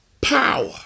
power